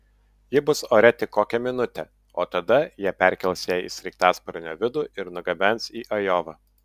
ji bus ore tik kokią minutę o tada jie perkels ją į sraigtasparnio vidų ir nugabens į ajovą